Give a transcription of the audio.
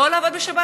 לא לעבוד בשבת.